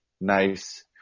nice –